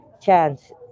chance